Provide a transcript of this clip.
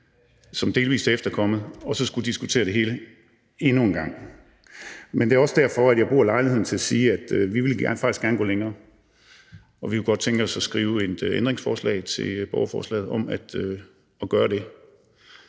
som delvis er efterkommet, og så bagefter skulle diskutere det hele endnu en gang. Men det er også derfor, at jeg bruger lejligheden til at sige, at vi faktisk gerne ville gå længere, og at vi godt kunne tænke os at skrive et ændringsforslag til borgerforslaget om at gøre det.